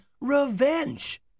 Revenge